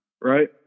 Right